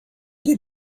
did